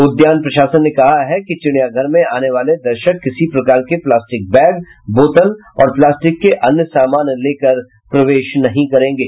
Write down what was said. उद्यान प्रशासन ने कहा है कि चिड़ियाघर में आने वाले दर्शक किसी प्रकार के प्लास्टिक बैग बोतल और प्लास्टिक के अन्य समान लेकर प्रवेश नहीं कर सकेंगे